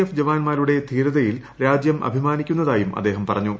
F ജവാന്മാരുടെ ധീരതയിൽ രാജ്യം അഭിമാനിക്കുന്നതായും അദ്ദേഹം പറഞ്ഞു